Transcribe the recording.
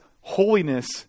holiness